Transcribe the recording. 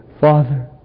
Father